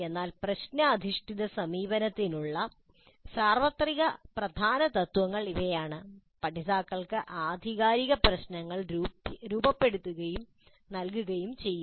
എന്നാൽ പ്രശ്ന അധിഷ്ഠിത സമീപനത്തിനുള്ള സാർവത്രിക പ്രധാന തത്ത്വങ്ങൾ ഇവയാണ് പഠിതാക്കൾക്ക് ആധികാരിക പ്രശ്നങ്ങൾ രൂപപ്പെടുത്തുകയും നൽകുകയും ചെയ്യുക